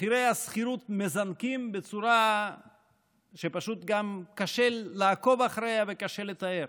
מחירי השכירות מזנקים בצורה שפשוט קשה לעקוב אחריה וקשה לתאר.